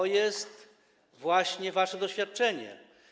To jest właśnie wasze doświadczenie.